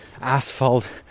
asphalt